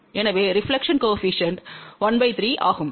எனவே reflection coefficient 13 ஆகும்